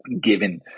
given